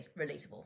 relatable